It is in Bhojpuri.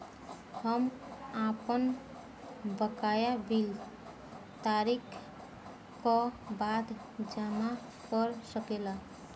हम आपन बकाया बिल तारीख क बाद जमा कर सकेला?